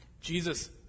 Jesus